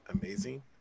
amazing